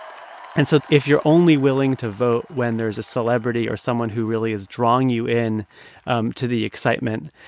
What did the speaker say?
and so if you're only willing to vote when there's a celebrity or someone who really is drawing you in um to the excitement,